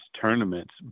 tournaments